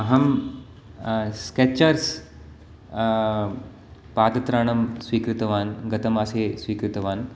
अहं स्केचर्स् पादत्राणं स्वीकृतवान् गतमासे स्वीकृतवान्